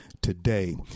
today